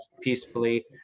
peacefully